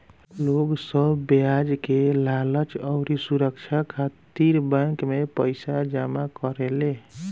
लोग सब ब्याज के लालच अउरी सुरछा खातिर बैंक मे पईसा जमा करेले